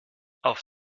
auf